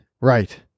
Right